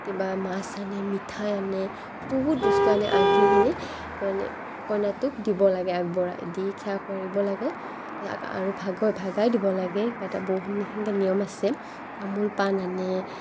কিবা মাছ আনে মিঠাই আনে বহুত বস্তু আনে আনি কিনে কইনাটোক দিব লাগে আগবঢ়াই দি সেৱা কৰিব লাগে আ আৰু ভাগোৱা ভগাই দিব লাগে কিবা এটা বহুত সেনেকৈ বহুত নিয়ম আছে তামোল পাণ আনে